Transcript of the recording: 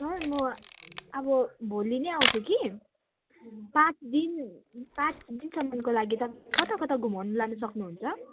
sir म अब भोलि नै आउँछु कि पाँच दिन पाँच दिनसम्मको लागि तपाईँले कता कता घुमाउन लानु सक्नुहुन्छ